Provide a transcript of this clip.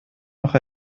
noch